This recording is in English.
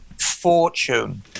fortune